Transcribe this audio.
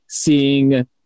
seeing